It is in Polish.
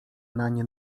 nań